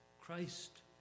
Christ